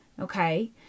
Okay